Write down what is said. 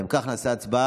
אם כך, נעשה הצבעה